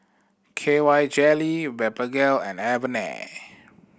K Y Jelly Blephagel and Avene